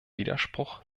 widerspruch